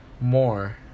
more